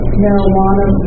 marijuana